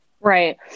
Right